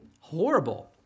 Horrible